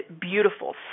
beautiful